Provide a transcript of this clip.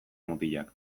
mutilak